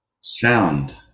sound